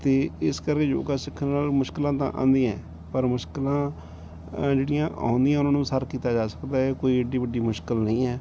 ਅਤੇ ਇਸ ਕਰਕੇ ਯੋਗਾ ਸਿੱਖਣ ਨਾਲ ਮੁਸ਼ਕਿਲਾਂ ਤਾਂ ਆਉਂਦੀਆਂ ਪਰ ਮੁਸ਼ਕਿਲਾਂ ਜਿਹੜੀਆਂ ਆਉਂਦੀਆਂ ਉਹਨਾਂ ਨੂੰ ਸਰ ਕੀਤਾ ਜਾ ਸਕਦਾ ਕੋਈ ਏਡੀ ਵੱਡੀ ਮੁਸ਼ਕਿਲ ਨਹੀਂ ਹੈ